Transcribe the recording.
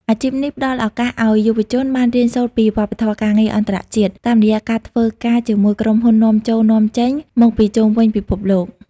អាជីពនេះផ្តល់ឱកាសឱ្យយុវជនបានរៀនសូត្រពីវប្បធម៌ការងារអន្តរជាតិ តាមរយៈការធ្វើការជាមួយក្រុមហ៊ុននាំចូល-នាំចេញមកពីជុំវិញពិភពលោក។